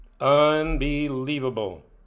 unbelievable